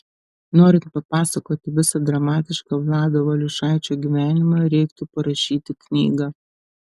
norint papasakoti visą dramatišką vlado valiušaičio gyvenimą reiktų parašyti knygą